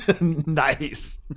nice